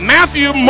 Matthew